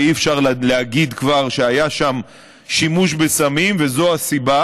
ואי-אפשר להגיד שהיה שם שימוש בסמים וזו הסיבה,